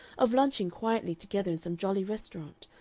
of lunching quietly together in some jolly restaurant,